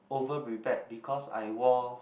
over prepared because I wore